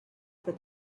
for